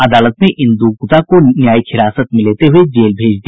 अदालत ने इंदु गुप्ता को न्यायिक हिरासत में लेते हुये जेल भेज दिया